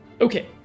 Okay